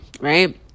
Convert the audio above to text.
right